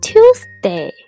Tuesday